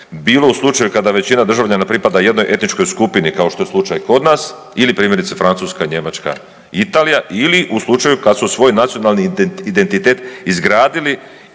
bilo u slučaju kada većina državljana pripada jednoj etničkoj skupini kao što je slučaj kod nas ili primjerice, Francuska, Njemačka, Italija ili u slučaju kad su svoj nacionalni identitet izgradili